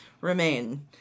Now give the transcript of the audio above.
remain